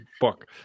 book